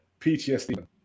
PTSD